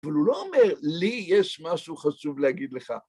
אבל הוא לא אומר לי יש משהו חשוב להגיד לך.